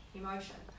emotion